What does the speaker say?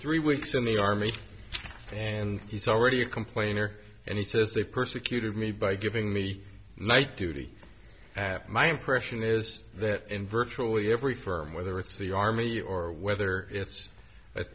three weeks in the army and he's already a complainer and he says they persecuted me by giving me light duty after my impression is that in virtually every firm whether it's the army or whether it's